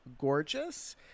gorgeous